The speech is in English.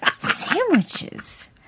Sandwiches